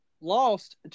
lost